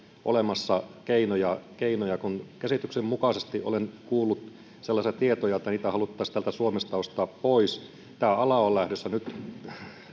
olemassa keinoja siihen kun käsitykseni mukaisesti olen kuullut sellaisia tietoja että niitä haluttaisiin täältä suomesta ostaa pois tämä ala on lähdössä nyt